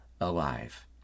alive